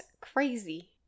crazy